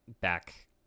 Back